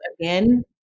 again